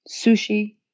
sushi